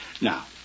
Now